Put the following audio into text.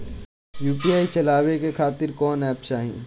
UPI चलवाए के खातिर कौन एप चाहीं?